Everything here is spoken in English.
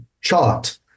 chart